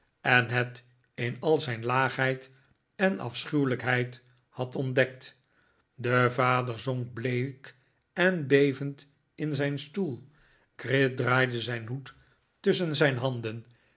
en het in al zijn laagheid en afschuwelijkheid had ontdekt de vader zonk bleek en bevend in zijn stoel gride draaide zijn hoed tusschen zijn handen